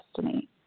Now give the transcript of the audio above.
destiny